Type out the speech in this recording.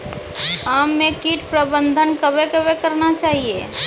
आम मे कीट प्रबंधन कबे कबे करना चाहिए?